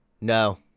No